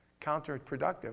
counterproductive